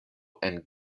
and